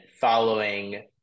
following